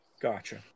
Gotcha